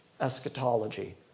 eschatology